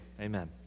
amen